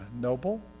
noble